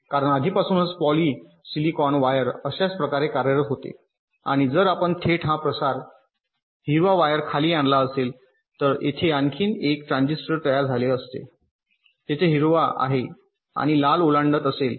कारण आधीपासूनच polysilicon wire अशाच प्रकारे कार्यरत होते आणि जर आपण थेट हा प्रसार हिरवा वायर खाली आणला असेल तर येथे आणखी एक ट्रान्झिस्टर तयार झाले असते तिथे हिरवा आहे आणि हा लाल ओलांडत असेल